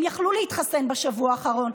הם יכלו להתחסן בשבוע האחרון.